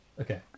Okay